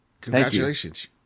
Congratulations